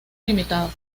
limitado